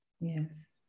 Yes